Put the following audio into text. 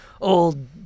old